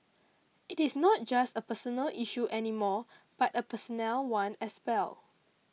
it is not just a personal issue any more but a personnel one as well